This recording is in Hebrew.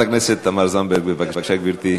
חברת הכנסת תמר זנדברג, בבקשה, גברתי.